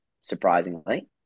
surprisingly